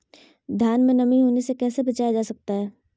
धान में नमी होने से कैसे बचाया जा सकता है?